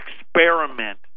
experiment